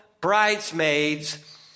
bridesmaids